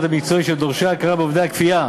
המקצועיות ושל דורשי ההכרה בעובדי הכפייה,